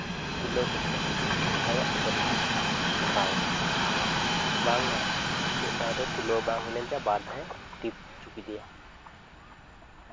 ᱛᱩᱞᱟᱹᱣ ᱠᱟᱛᱮ ᱟᱭᱟᱜ ᱯᱚᱠᱮᱴ ᱨᱮᱜᱮ ᱵᱷᱚᱨᱟᱣ ᱮᱫᱟ ᱵᱟᱝᱢᱟ ᱢᱤᱫ ᱫᱷᱟᱣ ᱨᱮ ᱛᱩᱞᱟᱹᱣ ᱵᱟᱝ ᱦᱩᱭ ᱞᱮᱱᱛᱮ ᱵᱟᱨ ᱫᱷᱟᱣ ᱴᱤᱯ ᱦᱚᱪᱚ ᱠᱮᱫᱮᱭᱟ